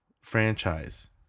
franchise